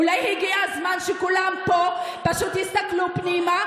אולי הגיע הזמן שכולם פה פשוט יסתכלו פנימה,